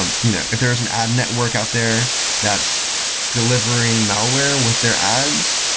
um you know if there's an ad network out there that's delivering malware with their ads,